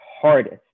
hardest